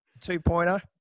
two-pointer